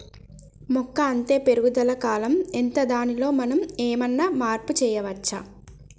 మొక్క అత్తే పెరుగుదల కాలం ఎంత దానిలో మనం ఏమన్నా మార్పు చేయచ్చా?